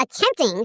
attempting